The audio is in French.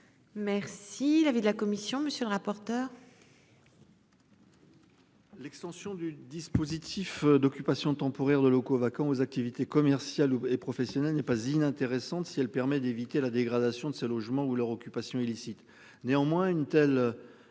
Merci. Il avait de la commission. Monsieur le rapporteur. L'extension du dispositif d'occupation temporaire de locaux vacants aux activités commerciales et professionnelles n'est pas inintéressante, si elle permet d'éviter la dégradation de ce logement ou leur occupation illicite néanmoins une telle.